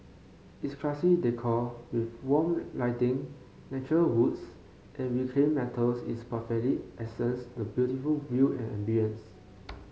its classy decor with warm lighting natural woods and reclaimed metals is perfectly accents the beautiful view and ambience